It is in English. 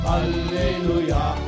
Hallelujah